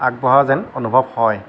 আগবঢ়া যেন অনুভৱ হয়